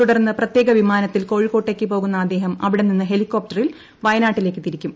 തുടർന്ന് പ്രത്യേക വിമാനത്തിൽ കോഴിക്കോട്ടേക്ക് പോകുന്ന അദ്ദേഹം അവിടെനിന്നു ഹെലികോപ്റ്ററിൽ വയനാട്ടിലേക്കു തിരിക്കും